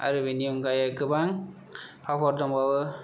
आरो बेनि अनगायै गोबां फावफोर दबावो